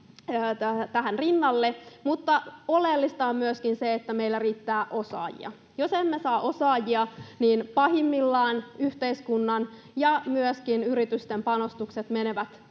tähän rinnalle, mutta oleellista on myöskin se, että meillä riittää osaajia. Jos emme saa osaajia, niin pahimmillaan yhteiskunnan ja myöskin yritysten panostukset menevät